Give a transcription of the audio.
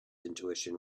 intuition